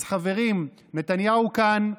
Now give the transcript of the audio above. אז חברים, נתניהו כאן.